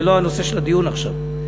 זה לא הנושא של הדיון עכשיו.